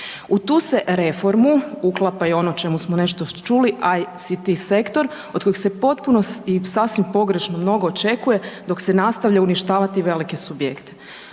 U tu se reformu uklapa i ono o čemu smo nešto čuli, ICT sektor od kojeg se potpuno i sasvim pogrešno mnogo očekuje dok se nastavlja uništavati velike subjekte.